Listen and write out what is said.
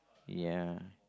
ya